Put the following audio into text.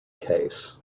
case